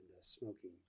smoking